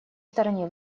стороне